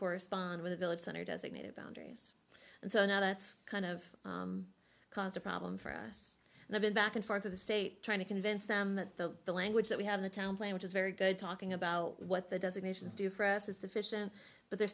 correspond with a village center designated boundaries and so now that's kind of caused a problem for us and i've been back and forth of the state trying to convince them that the the language that we have the town plan which is very good talking about what the designations do for us is sufficient but they're